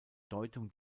deutung